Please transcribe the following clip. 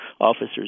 officers